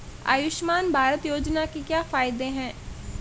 आयुष्मान भारत योजना के क्या फायदे हैं?